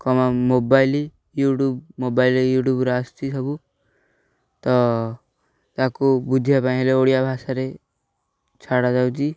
କ'ଣ mobile YouTube mobile ୟୁଟ୍ୟୁବରେ ଆସୁଛି ସବୁ ତ ତାକୁ ବୁଝିବା ପାଇଁ ହେଲେ ଓଡ଼ିଆ ଭାଷାରେ ଛଡ଼ାଯାଉଛି